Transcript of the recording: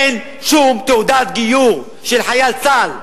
אין שום תעודת גיור של חייל צה"ל".